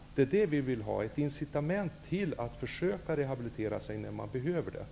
Vi vill att det skall finnas ett incitament för att försöka sig på en rehabilitering när så kan behövas.